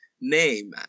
name